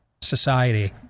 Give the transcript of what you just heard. society